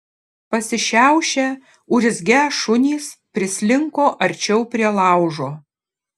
pasišiaušę urzgią šunys prislinko arčiau prie laužo